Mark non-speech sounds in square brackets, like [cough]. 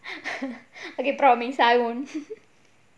[laughs] okay promise I won't